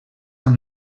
amb